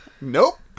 nope